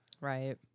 right